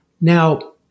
Now